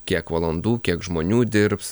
kiek valandų kiek žmonių dirbs